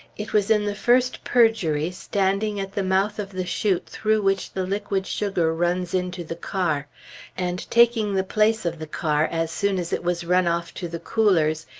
it was in the first purgery, standing at the mouth of the chute through which the liquid sugar runs into the car and taking the place of the car as soon as it was run off to the coolers,